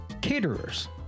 Caterers